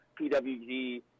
PWG